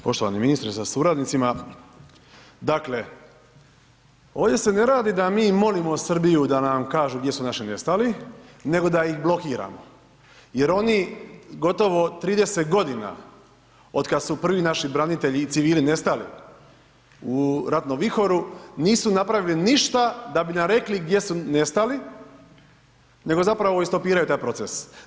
Poštovani ministre sa suradnicima, dakle ovdje se ne radi da mi molimo Srbiju da nam kažu gdje su naši nestali, nego da ih blokiramo jer oni gotovo 30 godina od kad su prvi naši branitelji i civili nestali u ratnom vihoru nisu napravili ništa da bi nam rekli gdje su nestali, nego zapravo i stopiraju taj proces.